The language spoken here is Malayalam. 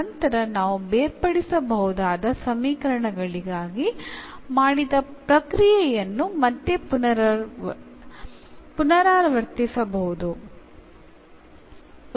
തുടർന്ന് വേരിയബിൾ സെപറബിൾ സമവാക്യങ്ങൾക്കായി നമ്മൾ ചെയ്ത പ്രക്രിയ വീണ്ടും ആവർത്തിക്കാം